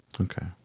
Okay